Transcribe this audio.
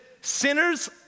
sinners